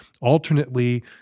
alternately